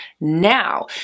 now